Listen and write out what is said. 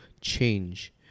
change